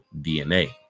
DNA